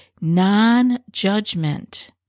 non-judgment